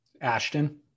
ashton